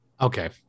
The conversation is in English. okay